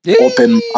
open